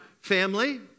family